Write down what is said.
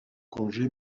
congé